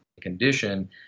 condition